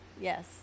Yes